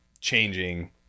Changing